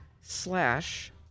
slash